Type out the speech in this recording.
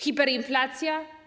Hiperinflacja?